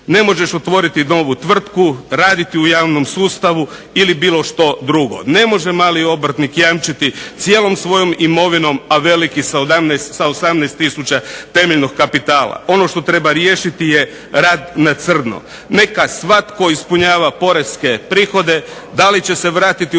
ne možeš otvoriti novu tvrtku, raditi u javnom sustavu ili bilo što drugo. Ne može mali obrtnik jamčiti cijelom svojom imovinom, a veliki sa 18 tisuća temeljnog kapitala. Ono što treba riješiti je rad na crno. Neka svatko ispunjava poreske prihode. Da li će se vratiti